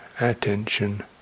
attention